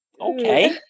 Okay